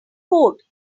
code